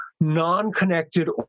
non-connected